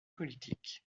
politiques